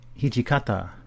Hijikata